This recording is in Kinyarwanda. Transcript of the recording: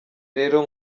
rero